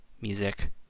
music